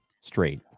straight